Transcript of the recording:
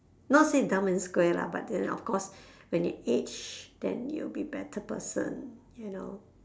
not say dumb and square lah but then of course when you age then you will be better person you know